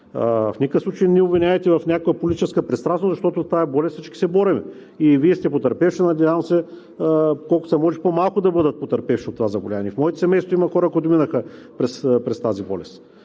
В никакъв случай не ни обвинявайте в някаква политическа пристрастност, защото с тази болест всички се борим, и Вие сте потърпевша. Надявам се, колкото се може по-малко да бъдат потърпевшите от това заболяване, а в моето семейство има хора, които минаха през тази болест.